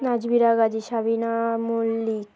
Nazbira Gazi Shabina Mallick